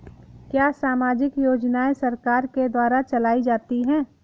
क्या सामाजिक योजनाएँ सरकार के द्वारा चलाई जाती हैं?